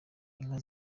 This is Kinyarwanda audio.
inka